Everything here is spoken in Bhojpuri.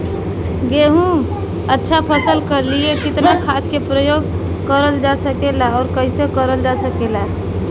गेहूँक अच्छा फसल क लिए कितना खाद के प्रयोग करल जा सकेला और कैसे करल जा सकेला?